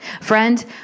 Friend